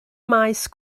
maes